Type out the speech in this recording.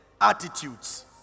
attitudes